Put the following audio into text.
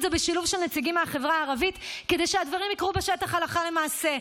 זה בשילוב של נציגים מהחברה הערבית כדי שהדברים יקרו בשטח הלכה למעשה.